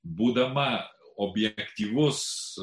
būdama objektyvus